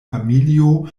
familio